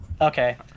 Okay